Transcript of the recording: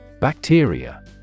Bacteria